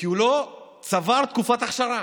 כי הוא לא צבר תקופת אכשרה.